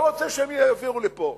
לא רוצה שהם יעבירו לפה,